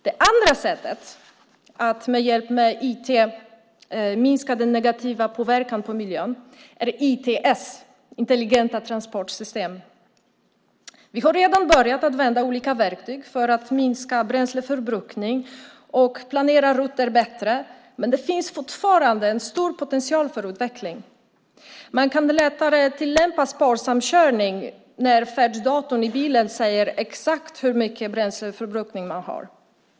Det andra sättet att med hjälp av IT minska den negativa påverkan på miljön är ITS - intelligenta transportsystem. Vi har redan nu börjat använda olika verktyg för att minska bränsleförbrukning och planera rutter bättre, men det finns fortfarande en stor potential för utveckling. Man kan lättare tillämpa sparsam körning när färddatorn säger exakt hur stor bränsleförbrukningen är.